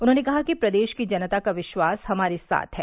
उन्होंने कहा कि प्रदेश की जनता का विश्वास हमारे साथ है